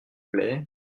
plait